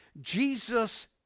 Jesus